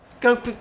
Go